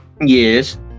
Yes